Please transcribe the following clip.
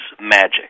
magic